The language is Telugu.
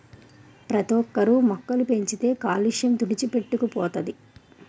ప్రతోక్కరు మొక్కలు పెంచితే కాలుష్య తుడిచిపెట్టుకు పోతది